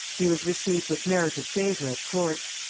he was received with merited favor at court.